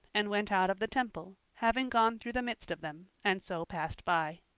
and went out of the temple, having gone through the midst of them, and so passed by.